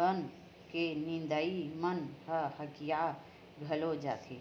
बन के नींदइया मन ह हकिया घलो जाथे